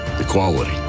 equality